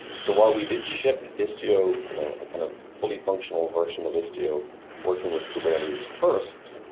so while we did ship istio you know a kind of fully functional version of istio working with kubernetes first,